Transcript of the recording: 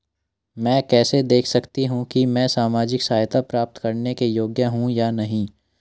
मैं कैसे देख सकती हूँ कि मैं सामाजिक सहायता प्राप्त करने के योग्य हूँ या नहीं?